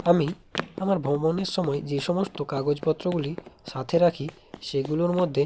আমি আমার ভ্রমণের সময় যে সমস্ত কাগজপত্রগুলি সাথে রাখি সেগুলোর মধ্যে